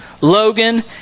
Logan